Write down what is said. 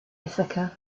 ithaca